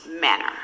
manner